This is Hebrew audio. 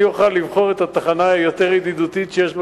אני אוכל לבחור את התחנה הידידותית יותר שיש בסביבה.